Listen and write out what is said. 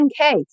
10k